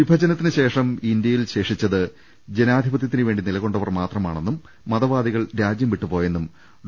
വിഭജനത്തിനുശേഷം ഇന്ത്യയിൽ ശേഷിച്ചത് ജനാധി പതൃത്തിനുവേണ്ടി നിലകൊണ്ടവർ മാത്രമാണെന്നും മത വാദികൾ രാജ്യം വിട്ട് പോയെന്നും ഡോ